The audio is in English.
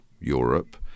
Europe